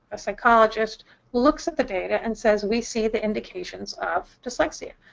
a psychologist looks at the data and says, we see the indications of dyslexia.